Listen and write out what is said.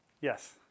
Yes